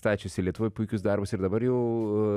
stačiusi lietuvoj puikius darbus ir dabar jau